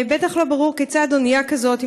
בטח לא ברור כיצד אונייה כזאת,